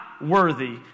worthy